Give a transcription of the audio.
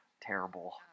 terrible